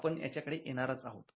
आपण त्याच्याकडे येणारच आहोत